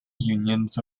unions